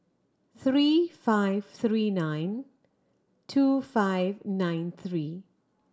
three five three nine two five nine three